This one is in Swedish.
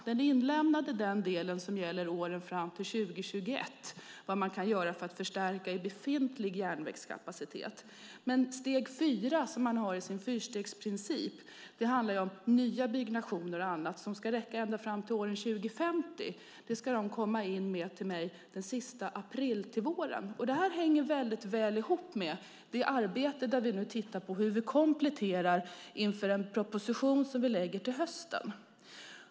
Den är inlämnad i den del som gäller åren fram till 2021 och handlar om vad man kan göra för att förstärka befintlig järnvägskapacitet. Men steg 4, som man har i sin fyrstegsprincip, handlar ju om nya byggnationer och annat som ska räcka ända fram till år 2050. Den ska de komma in till mig med den 30 april, till våren. Det här hänger väldigt väl ihop med det arbete där vi nu tittar på hur vi kan komplettera inför en proposition som vi lägger fram till hösten.